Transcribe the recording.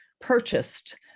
purchased